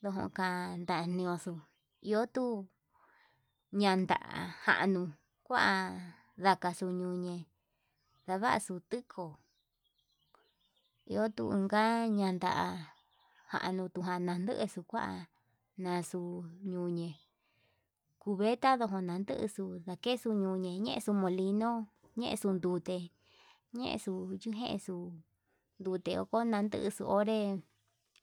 ndojokan ndandioxo iho tuu yanda jan nuu kuan, ndakaxuu ñuñe ndavaxuu tiko ñiun tukaña anda januun duu ñanda njanaxu nandexu kuan ñañune, cubeta kutu ndaniuxu quesuu ñui quesu molino quesu ndute ñexuu chikexu kute onandexu onré